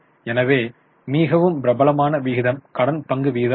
எனவே மிகவும் பிரபலமான விகிதம் கடன் பங்கு விகிதம் ஆகும்